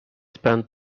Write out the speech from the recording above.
spent